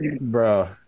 Bro